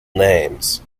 names